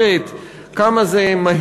כמה זה מתפשט,